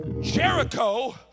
Jericho